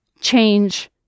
Change